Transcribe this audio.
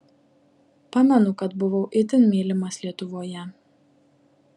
pamenu kad buvau itin mylimas lietuvoje